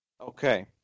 Okay